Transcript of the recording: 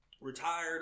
retired